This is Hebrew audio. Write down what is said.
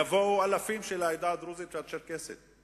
יבואו אלפים מהעדה הדרוזית ומהעדה הצ'רקסית.